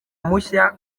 mushya